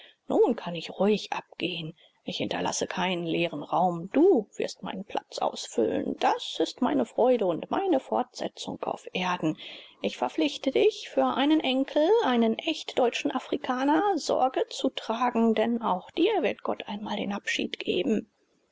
nun kann ich ruhig abgehen ich hinterlasse keinen leeren raum du wirst meinen platz ausfüllen das ist meine freude und meine fortsetzung auf erden ich verpflichte dich für einen enkel einen echtdeutschen afrikaner sorge zu tragen denn auch dir wird gott einmal den abschied geben